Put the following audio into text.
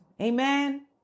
Amen